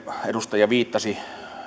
edustaja viittasi